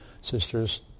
sisters